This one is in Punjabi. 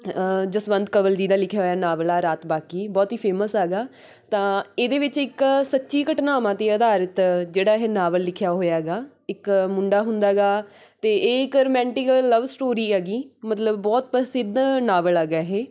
ਜਸਵੰਤ ਕੰਵਲ ਜੀ ਦਾ ਲਿਖਿਆ ਹੋਇਆ ਨਾਵਲ ਆ ਰਾਤ ਬਾਕੀ ਬਹੁਤ ਹੀ ਫੇਮਸ ਆਗਾ ਤਾਂ ਇਹਦੇ ਵਿੱਚ ਇੱਕ ਸੱਚੀ ਘਟਨਾਵਾਂ 'ਤੇ ਅਧਾਰਿਤ ਜਿਹੜਾ ਇਹ ਨਾਵਲ ਲਿਖਿਆ ਹੋਇਆ ਆਗਾ ਇੱਕ ਮੁੰਡਾ ਹੁੰਦਾ ਆਗਾ ਅਤੇ ਇਹ ਇੱਕ ਰੋਮਾਂਟਿਕ ਲਵ ਸਟੋਰੀ ਹੈਗੀ ਮਤਲਬ ਬਹੁਤ ਪ੍ਰਸਿੱਧ ਨਾਵਲ ਆਗਾ ਇਹ